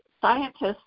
scientists